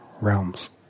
realms